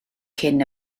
cyn